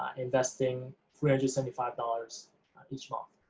investing three hundred seventy-five dollars each month.